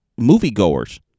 moviegoers